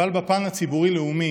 אבל בפן הציבורי-לאומי